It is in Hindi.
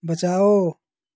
बचाओ